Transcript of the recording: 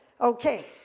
okay